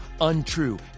untrue